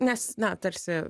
nes na tarsi